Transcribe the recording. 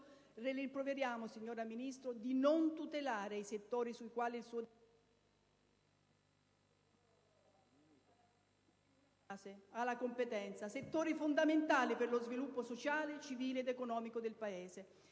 rimproveriamo, signora Ministro, di non tutelare i settori sui quali il suo Dicastero ha la competenza, settori fondamentali per lo sviluppo sociale, civile ed economico del Paese.